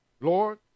Lord